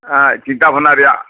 ᱟᱨ ᱪᱤᱱᱛᱟ ᱵᱷᱟᱵᱱᱟ ᱨᱮᱭᱟᱜ